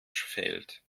fehlt